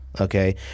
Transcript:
okay